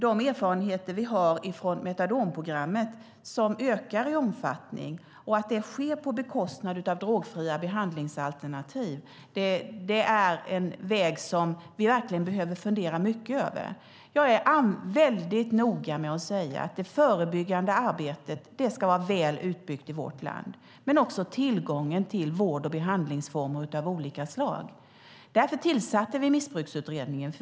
De erfarenheter vi har från metadonprogrammet, som ökar i omfattning vilket sker på bekostnad av drogfria behandlingsalternativ, är att det är en väg som vi verkligen behöver fundera mycket över. Jag är mycket noga med att säga att det förebyggande arbetet ska vara väl utbyggt i vårt land. Men det gäller också tillgången till vård och behandlingsformer av olika slag. Därför tillsatte vi Missbruksutredningen.